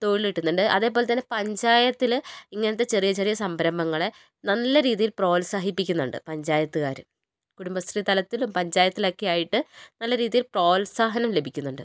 തൊഴിൽ കിട്ടുന്നുണ്ട് അതേപോലെ തന്നെ പഞ്ചായത്തിൽ ഇങ്ങനത്തെ ചെറിയ ചെറിയ സംരംഭങ്ങളെ നല്ല രീതിയിൽ പ്രോത്സാഹിപ്പിക്കുന്നുണ്ട് പഞ്ചായത്തുകാർ കുടുംബശ്രീ തലത്തിലും പഞ്ചായത്തിൽ ഒക്കെയായിട്ട് നല്ല രീതിയിൽ പ്രോത്സാഹനം ലഭിക്കുന്നുണ്ട്